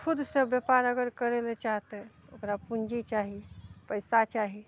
खुदसँ व्यापार अगर करय लऽ चाहतय ओकरा पूँजी चाही पैसा चाही